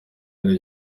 hari